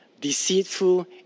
deceitful